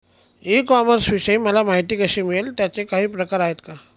E कॉमर्सविषयी मला माहिती कशी मिळेल? त्याचे काही प्रकार आहेत का?